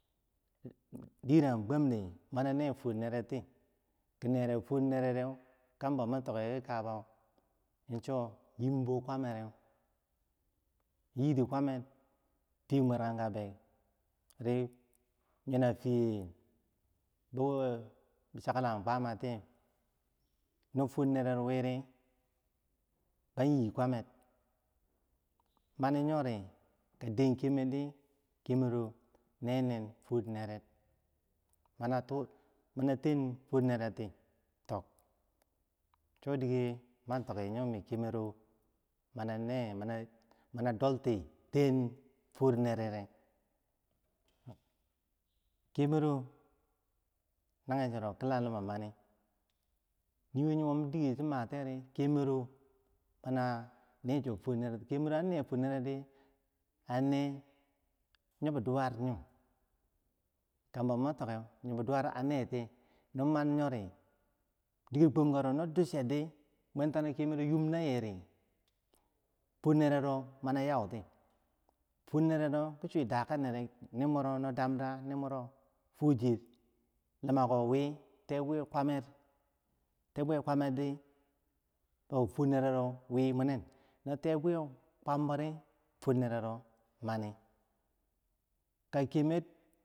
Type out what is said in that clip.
Dirongum gmamde mani ne fworneroti, ki nere fowrneru kambo mi tiki ki kabau, cho yimbo kwamereu, bi yi ti kwamer fiye merakark, berik, yona fiye woro bi chachlagum kwaam tiye no fuwor nere wiri banyi kwamer, mani yori dedon kermer di kemero nenin fuwor nerek, mana tu mana ten fwornereti tok, cho dike ma tokkiyo, miki kemero manane mana dolti ten fwornerere, kemero nagenchero kila limamani niwo neymom dike so matiyeri kemero mana neso fuwor neregti, anneh fuwor nerek ri a neh yobi duwar yo, kambo matokeh yobi duwar a netiyeh, non mani yori diker kwamkako no ducheri, bwantano kemero yum na yeri fuwor nerero mana you ti, fuwor nerero ki swue taka nere no ner mwero no dam dar ner mwero, fuwocheh limako wi, tea bwiyeh kwamer, tea bwiyeh kamer di to fuwor nerero wi munen no tea buyo kwambori fuwor nere wani ke kemer.